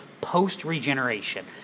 post-regeneration